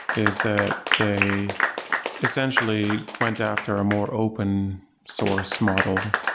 is that they essentially went after a more open source model.